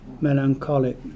melancholic